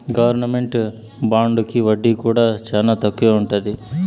government బాండుకి వడ్డీ కూడా చానా తక్కువే ఉంటది